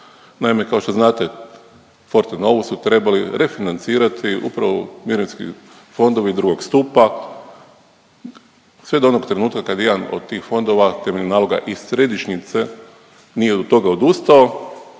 Naime kao što znate Fortenovu su trebali refinancirati upravo mirovinski fondovi drugog stupa sve do onog trenutka kada je jedan od tih fondova temeljem naloga iz središnjice nije od toga odustao,